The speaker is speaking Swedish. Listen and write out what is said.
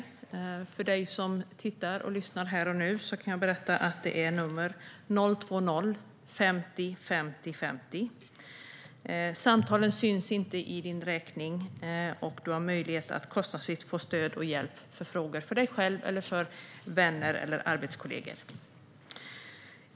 Jag kan berätta för dig som tittar och lyssnar här och nu att numret dit är 020-50 50 50. Samtalen syns inte i din räkning, och du har möjlighet att kostnadsfritt få stöd och hjälp i frågor. Det kan gälla dig själv, vänner eller arbetskollegor.